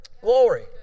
Glory